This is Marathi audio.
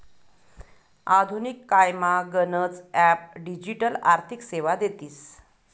आधुनिक कायमा गनच ॲप डिजिटल आर्थिक सेवा देतीस